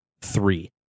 three